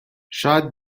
شاید